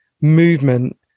movement